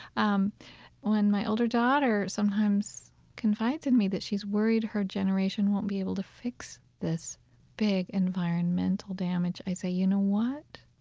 um when my older daughter sometimes confides in me that she's worried her generation won't be able to fix this big environmental damage, i say, you know what?